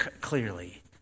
clearly